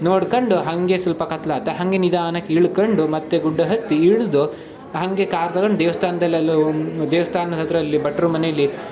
ನೋಡ್ಕೊಂಡು ಹಾಗೆ ಸ್ವಲ್ಪ ಕತ್ಲಾಯ್ತಾ ಹಾಗೆ ನಿಧಾನಕ್ಕೆ ಇಳ್ಕೊಂಡು ಮತ್ತೆ ಗುಡ್ಡ ಹತ್ತಿ ಇಳಿದು ಹಾಗೆ ಕಾರ್ ತಗಂಡು ದೇವಸ್ಥಾನದಲ್ಲೆಲ್ಲ ದೇವ್ಸ್ಥಾನದ ಹತ್ತಿರ ಅಲ್ಲಿ ಭಟ್ರ ಮನೆಯಲ್ಲಿ